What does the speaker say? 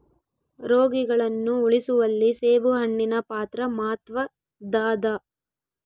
ರೋಗಿಗಳನ್ನು ಉಳಿಸುವಲ್ಲಿ ಸೇಬುಹಣ್ಣಿನ ಪಾತ್ರ ಮಾತ್ವದ್ದಾದ